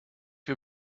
wir